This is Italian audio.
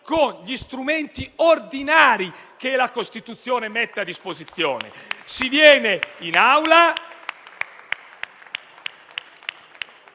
con gli strumenti ordinari che la Costituzione mette a disposizione.